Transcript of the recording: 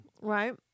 Right